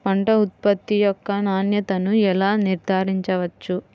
పంట ఉత్పత్తి యొక్క నాణ్యతను ఎలా నిర్ధారించవచ్చు?